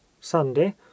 Sunday